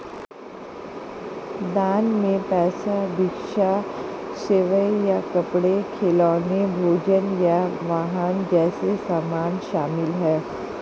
दान में पैसा भिक्षा सेवाएं या कपड़े खिलौने भोजन या वाहन जैसे सामान शामिल हैं